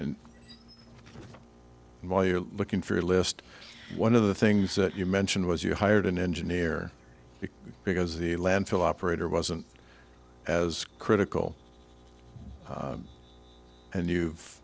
and while you're looking for a list one of the things that you mentioned was you hired an engineer because the landfill operator wasn't as critical and you've